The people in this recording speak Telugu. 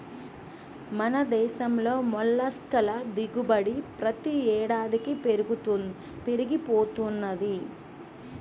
మన దేశంలో మొల్లస్క్ ల దిగుబడి ప్రతి ఏడాదికీ పెరిగి పోతున్నది